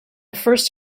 first